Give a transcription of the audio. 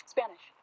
Spanish